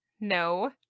No